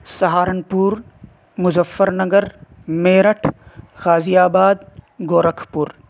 Saharanpur Muzaffarnagar Meerut Ghaziabad Gorakhpur